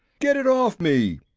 get it off me!